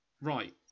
Right